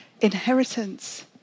inheritance